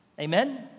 Amen